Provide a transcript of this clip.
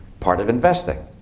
part of investing.